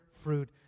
fruit